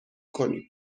کنیم